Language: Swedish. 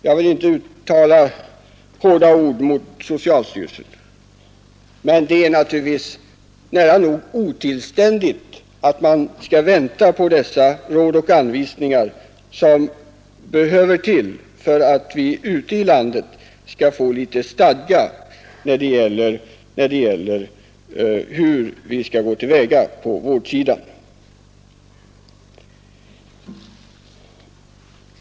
Jag vill inte uttala hårda ord mot socialstyrelsen, men det är naturligtvis nära nog otillständigt att man måste vänta på dessa råd och anvisningar som måste till för att vi ute i landet skall få litet bättre riktlinjer för hur vi skall gå till väga på vårdsidan.